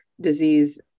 disease